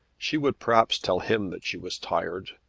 she would perhaps tell him that she was tired.